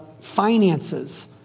finances